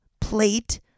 plate